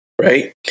right